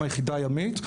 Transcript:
מהיחידה הימית,